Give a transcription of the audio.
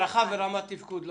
צרכיו ורמת תפקוד?